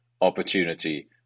opportunity